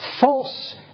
false